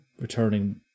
returning